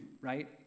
Right